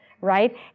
right